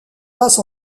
passe